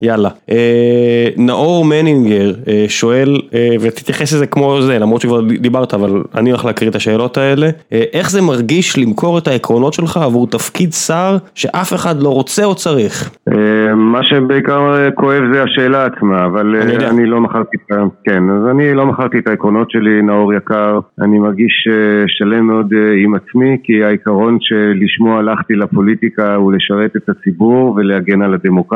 יאללה, נאור מנינגר שואל, ותתייחס לזה כמו זה, למרות שכבר דיברת, אבל אני הולך להקריא את השאלות האלה. איך זה מרגיש למכור את העקרונות שלך עבור תפקיד שר שאף אחד לא רוצה או צריך? מה שבעיקר כואב זה השאלה עצמה, אבל אני לא מכרתי את העקרונות שלי, נאור יקר. אני מרגיש שלם מאוד עם עצמי, כי העיקרון שלשמו הלכתי לפוליטיקה הוא לשרת את הציבור ולהגן על הדמוקרטיה.